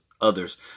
others